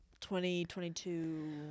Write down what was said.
2022